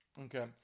Okay